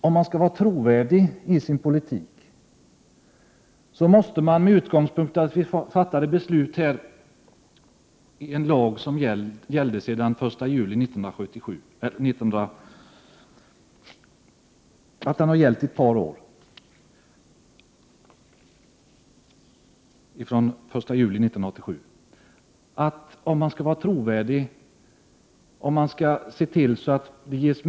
Om man skall vara trovärdig i sin politik att vilja se till att det ges möjligheter till planering med utgångspunkt i en lag som nu gällt ett par år, från den 1 juli 1987, så tror jag att det är viktigt att man inte ändrar i tid och otid.